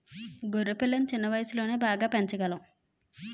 గొర్రె పిల్లలను చిన్న వయసులోనే బాగా పెంచగలం